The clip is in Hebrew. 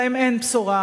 להם אין בשורה.